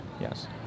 yes